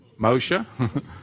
Moshe